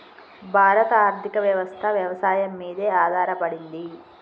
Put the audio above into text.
భారత ఆర్థికవ్యవస్ఠ వ్యవసాయం మీదే ఆధారపడింది